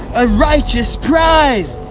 a righteous prize!